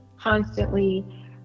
constantly